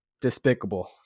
Despicable